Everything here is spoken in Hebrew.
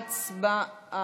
הצבעה